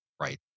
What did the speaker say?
Right